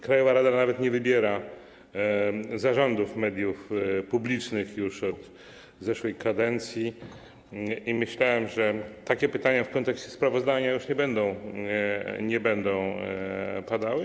Krajowa rada nawet nie wybiera zarządów mediów publicznych już od zeszłej kadencji, więc myślałem, że takie pytania w kontekście sprawozdania już nie będą padały.